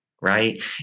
right